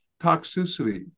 toxicity